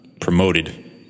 promoted